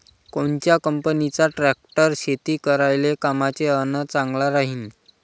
कोनच्या कंपनीचा ट्रॅक्टर शेती करायले कामाचे अन चांगला राहीनं?